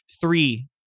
three